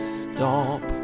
stop